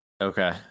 Okay